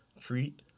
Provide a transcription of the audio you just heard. treat